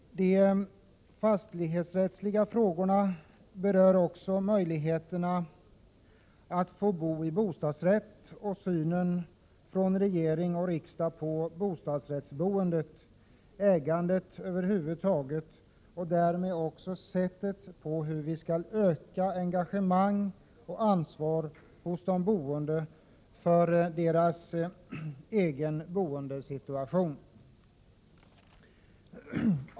De fastighetsrättsliga frågorna berör också möjligheterna att få bo i bostadsrätt och synen från regering och riksdag på bostadsrättsboendet, ägandet över huvud taget och därmed också sättet på vilket vi skall öka engagemang och ansvar hos de boende för deras egen boendesituation.